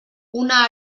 una